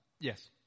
Yes